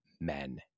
men